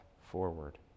forward